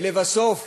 ולבסוף,